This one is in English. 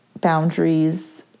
boundaries